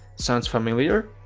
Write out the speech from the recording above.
sounds familiar?